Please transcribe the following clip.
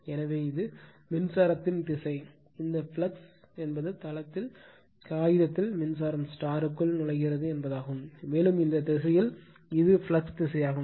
எனவே இது மின்சாரத்தின் திசை இந்த ஃப்ளக்ஸ் என்பது தளத்தில் காகிதத்தில் மின்சாரம் க்குள் நுழைகிறது என்பதாகும் மேலும் இந்த திசையில் இது ஃப்ளக்ஸ் திசையாகும்